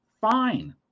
fine